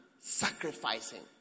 sacrificing